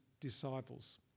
disciples